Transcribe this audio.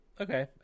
Okay